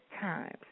times